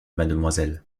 mademoiselle